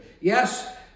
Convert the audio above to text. Yes